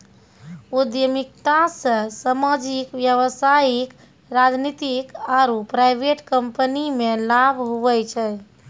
उद्यमिता से सामाजिक व्यवसायिक राजनीतिक आरु प्राइवेट कम्पनीमे लाभ हुवै छै